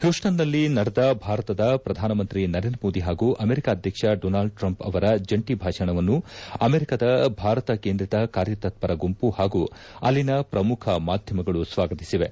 ಪ್ಯೂಸ್ನನಲ್ಲಿ ನಡೆದ ಭಾರತದ ಪ್ರಧಾನಮಂತ್ರಿ ನರೇಂದ್ರ ಮೋದಿ ಪಾಗೂ ಅಮೆರಿಕ ಅಧ್ಯಕ್ಷ ಡೊನಾಲ್ಡ್ ಟ್ರಿಂಪ್ ಅವರ ಜಂಟಿ ಭಾಷಣವನ್ನು ಅಮೆರಿಕದ ಭಾರತ ಕೇಂದ್ರಿತ ಕಾರ್ಯತ್ವರ ಗುಂಪು ಪಾಗೂ ಅಲ್ಲಿನ ಪ್ರಮುಖ ಮಾಧ್ಯಮಗಳು ಸ್ವಾಗತಿಸಿವೆ